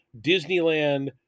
Disneyland